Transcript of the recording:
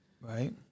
Right